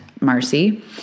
Marcy